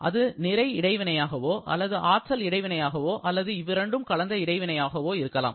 அது நிறை எடை வினையாகவோ அல்லது ஆற்றல் இடைவினையாகவோ அல்லது இவ்விரண்டும் கலந்த இடைவினையாகவோ இருக்கலாம்